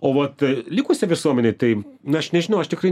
o vat likusiai visuomenei tai na aš nežinau aš tikrai